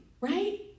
right